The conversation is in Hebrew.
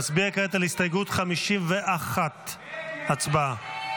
נצביע כעת על הסתייגות 51. הצבעה.